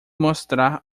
mostrar